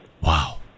Wow